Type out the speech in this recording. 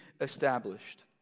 established